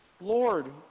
Lord